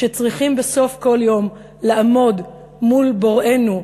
שצריכים בסוף כל יום לעמוד מול בוראנו,